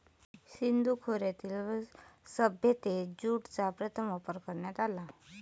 सिंधू खोऱ्यातील सभ्यतेत ज्यूटचा प्रथम वापर करण्यात आला